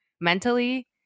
mentally